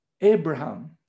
Abraham